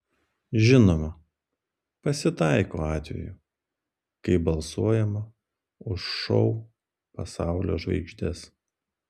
žinoma pasitaiko atvejų kai balsuojama už šou pasaulio žvaigždes